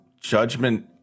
judgment